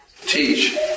Teach